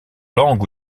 langue